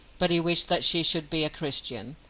but he wished that she should be a christian,